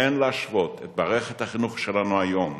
אין להשוות את מערכת החינוך שלנו היום